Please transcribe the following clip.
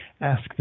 ask